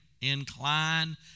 incline